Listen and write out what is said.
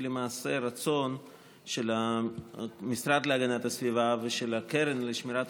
למעשה רצון של המשרד להגנת הסביבה ושל הקרן לשמירת